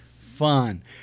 fun